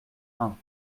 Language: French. ain